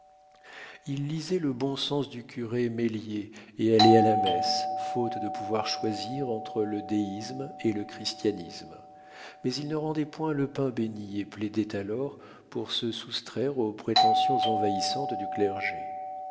il lisait le bon sens du curé meslier et allait à la messe faute de pouvoir choisir entre le déisme et le christianisme mais il ne rendait point le pain bénit et plaidait alors pour se soustraire aux prétentions envahissantes du clergé